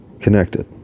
connected